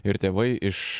ir tėvai iš